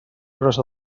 grossa